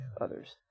others